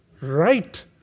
right